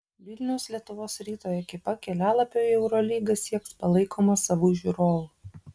vilniaus lietuvos ryto ekipa kelialapio į eurolygą sieks palaikoma savų žiūrovų